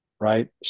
Right